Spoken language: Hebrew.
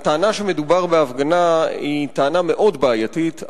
הטענה שמדובר בהפגנה היא טענה מאוד בעייתית,